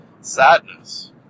sadness